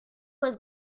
was